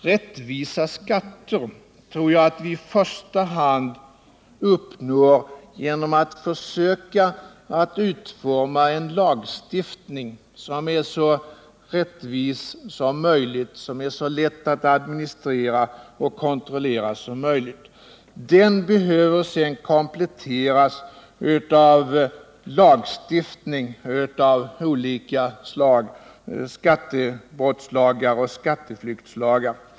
Rättvisa skatter tror jag att vi i första hand uppnår genom att försöka utforma en lagstiftning som är så rättvis som möjligt, som är så lätt att administrera och kontrollera som möjligt. Den behöver sedan kompletteras med annan lagstiftning av olika slag: skattebrottslagar och skatteflyktslagar.